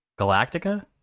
Galactica